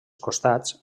costats